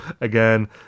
Again